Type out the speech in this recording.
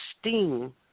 steam